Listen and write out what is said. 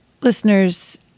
Listeners